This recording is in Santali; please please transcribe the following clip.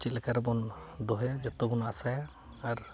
ᱪᱮᱫ ᱞᱮᱠᱟ ᱨᱮᱵᱚᱱ ᱫᱚᱦᱚᱭᱟ ᱡᱚᱛᱚ ᱵᱚᱱ ᱟᱥᱟᱭᱟ ᱟᱨ